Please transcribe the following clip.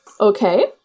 Okay